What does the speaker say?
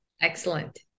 Excellent